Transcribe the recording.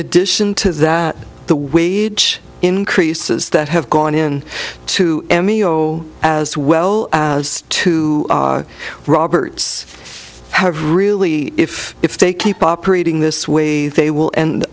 addition to that the wage increases that have gone in to m e o as well as to roberts have really if if they keep operating this way they will and